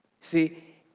See